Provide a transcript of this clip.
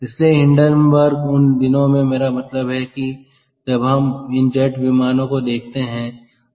इसलिए हिंडनबर्ग उन दिनों में मेरा मतलब है कि अब हम इन जेट विमानों को देखते हैं